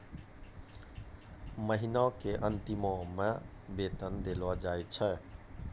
महिना के अंतिमो मे वेतन देलो जाय छै